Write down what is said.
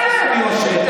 אין יושר.